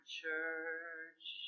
church